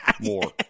more